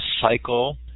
cycle